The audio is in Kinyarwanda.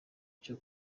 cyo